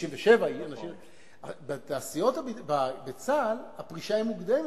67. בתעשיות בצה"ל הפרישה היא מוקדמת.